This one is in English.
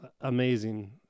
amazing